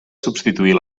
substituir